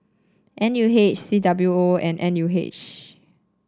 N U H C W O and N U H